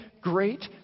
great